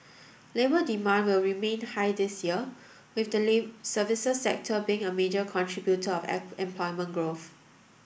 labour demand will remain high this year with the services sector being a major contributor of employment growth